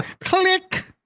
Click